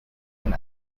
and